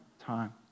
time